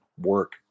work